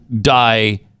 die